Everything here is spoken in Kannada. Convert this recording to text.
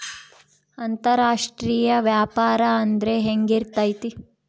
ಅಂತರಾಷ್ಟ್ರೇಯ ವ್ಯಾಪಾರ ಅಂದ್ರೆ ಹೆಂಗಿರ್ತೈತಿ?